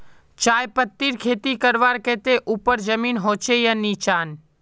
चाय पत्तीर खेती करवार केते ऊपर जमीन होचे या निचान?